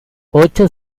ocho